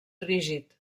rígid